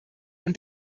und